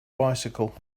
bicycle